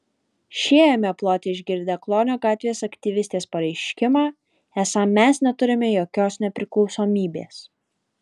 šie ėmė ploti išgirdę klonio gatvės aktyvistės pareiškimą esą mes neturime jokios nepriklausomybės